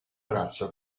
traccia